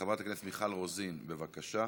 חברת הכנסת מיכל רוזין, בבקשה.